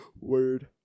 Word